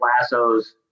lasso's